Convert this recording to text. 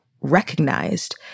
recognized